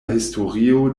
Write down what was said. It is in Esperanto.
historio